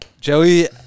Joey